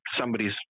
somebody's